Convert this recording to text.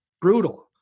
Brutal